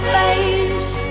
face